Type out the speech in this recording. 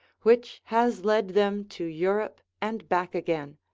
which has led them to europe and back again.